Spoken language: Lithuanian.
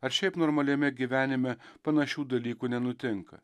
ar šiaip normaliame gyvenime panašių dalykų nenutinka